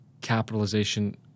capitalization